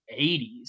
80s